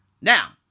Now